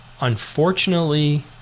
unfortunately